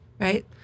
Right